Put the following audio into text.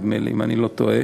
נדמה לי, אם אני לא טועה,